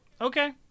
Okay